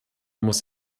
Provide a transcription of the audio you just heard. muss